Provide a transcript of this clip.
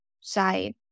side